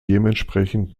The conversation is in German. dementsprechend